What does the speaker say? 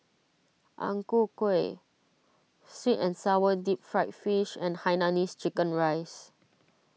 Ang Ku Kueh Sweet and Sour Deep Fried Fish and Hainanese Chicken Rice